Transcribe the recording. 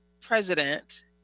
president